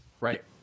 Right